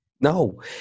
No